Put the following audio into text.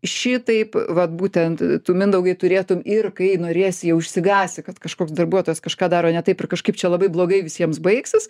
šitaip vat būtent tu mindaugai turėtum ir kai norėsi jau išsigąsi kad kažkoks darbuotojas kažką daro ne taip ir kažkaip čia labai blogai visiems baigsis